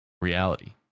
reality